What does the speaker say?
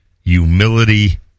humility